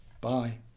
Bye